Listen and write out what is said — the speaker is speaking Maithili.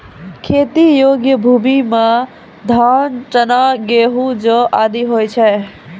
खेती योग्य भूमि म धान, चना, गेंहू, जौ आदि होय छै